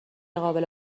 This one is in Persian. قابل